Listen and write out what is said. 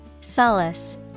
Solace